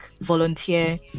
volunteer